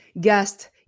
guest